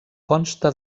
consta